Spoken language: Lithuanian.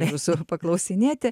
jūsų ir paklausinėti